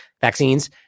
Vaccines